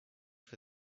for